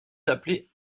d’appeler